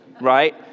right